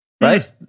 right